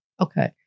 Okay